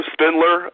Spindler